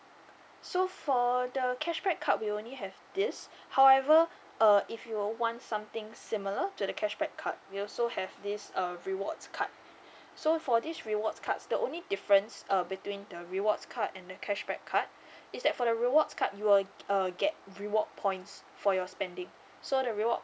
so for the cashback card we only have this however uh if you want something similar to the cashback card we also have this err rewards card so for this rewards cards the only difference uh between the rewards card and the cashback card is that for the rewards card you will uh get reward points for your spending so the reward